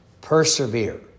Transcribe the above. Persevere